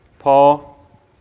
Paul